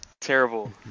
Terrible